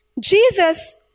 Jesus